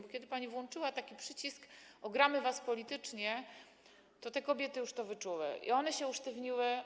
Bo kiedy pani włączyła taki przycisk: ogramy was politycznie, to te kobiety już to wyczuły i się usztywniły.